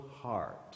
heart